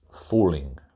falling